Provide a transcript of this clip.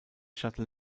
shuttle